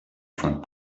front